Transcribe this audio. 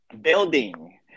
building